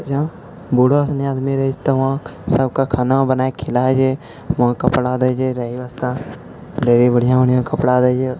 बूढ़ऽ सनी आदमी रहै छै तऽ वहाँ सबके खाना बनाकऽ खिलाइ छै वहाँ कपड़ा दै छै रहै वास्ते डेली बढ़िआँ बढ़िआँ कपड़ा दै छै